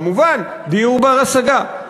כמובן, דיור בר-השגה.